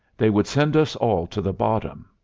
they would send us all to the bottom.